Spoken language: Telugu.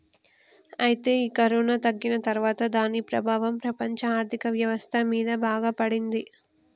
అయితే ఈ కరోనా తగ్గిన తర్వాత దాని ప్రభావం ప్రపంచ ఆర్థిక వ్యవస్థ మీద బాగా పడింది